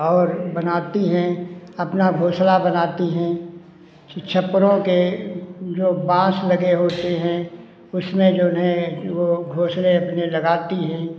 और बनाती हैं अपना घोंसला बनाती हैं जो छप्परों के जो बाँस लगे होते हैं उसमें जो नए वो घोंसले अपने लगाती हैं